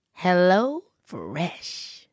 HelloFresh